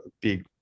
big